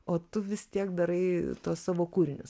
o tu vis tiek darai tuos savo kūrinius